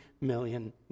million